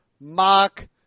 mock